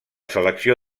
selecció